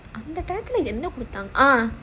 அந்த என்ன கொடுதாங்க:andha enna koduthaanga ah